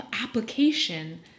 application